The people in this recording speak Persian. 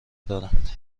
دارند